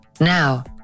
Now